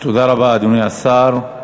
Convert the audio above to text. תודה רבה, אדוני השר.